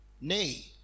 Nay